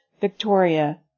Victoria